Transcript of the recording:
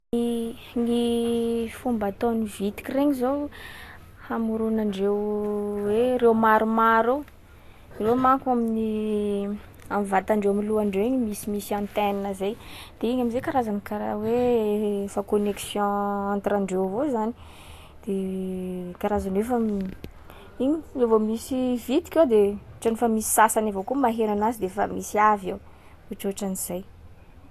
Ny- gny fomba ataon’ny vitiky regny zao hamoronandreo hoe reo maromaro ao, reo manko amin’ny- am'vatandreo- am'lohandreo iny misimisy antenne zay. De iny am’zay karazana karaha hoe efa connexion entre andreo avao zany. De karazany hoe fa m- ino? Re vao misy vitiky ao de ohatrany fa misy sasany avao koa maheno anazy de fa misy avy eo, ohatraohatran’zay.